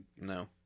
No